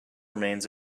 remains